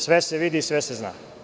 Sve se vidi, sve se zna.